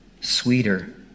sweeter